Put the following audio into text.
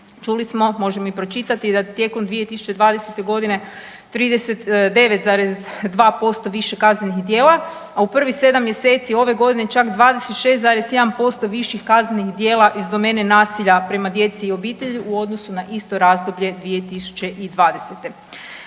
čuli smo, možemo i pročitati da tijekom 2020. g. 39,2% više kaznenih djela, a u prvih 7 mjeseci ove godine čak 26,1% viših kaznenih djela iz domene nasilja prema djeci i obitelji u odnosu na isto razdoblje 2020. Zatim,